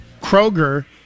Kroger